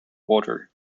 water